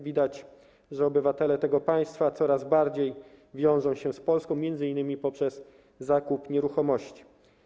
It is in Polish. Widać, że obywatele tego państwa coraz bardziej wiążą się z Polską, m.in. poprzez zakup nieruchomości.